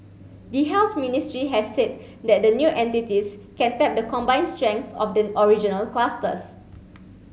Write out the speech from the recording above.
the Health Ministry has said that the new entities can tap the combined strengths of the original clusters